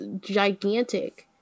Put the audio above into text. gigantic